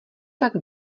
tak